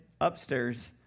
upstairs